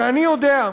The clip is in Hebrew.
ואני יודע,